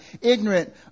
ignorant